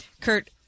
Kurt